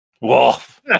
Wolf